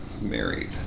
married